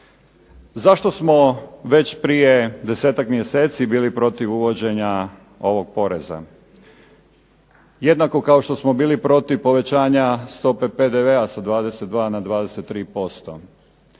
Zašto smo već prije 10-tak mjeseci bili protiv uvođenja ovog poreza, jednako kao što smo bili protiv povećanja stope PDV-a sa 22 na 23%.